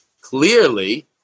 clearly